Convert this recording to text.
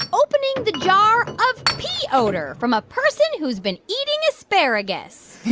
opening the jar of pee odor from a person who's been eating asparagus